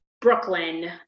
Brooklyn